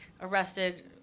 arrested